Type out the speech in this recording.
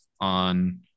on